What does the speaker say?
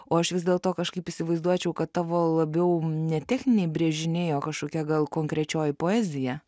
o aš vis dėlto kažkaip įsivaizduočiau kad tavo labiau ne techniniai brėžiniai o kažkokia gal konkrečioji poezija